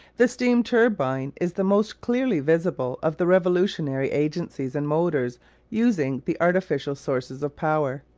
the steam-turbine is the most clearly visible of the revolutionary agencies in motors using the artificial sources of power.